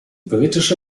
britische